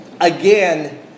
Again